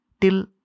till